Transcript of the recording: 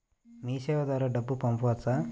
మీసేవ ద్వారా డబ్బు పంపవచ్చా?